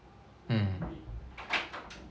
mm